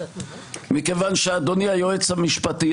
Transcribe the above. מכיוון שאדוני היועץ המשפטי,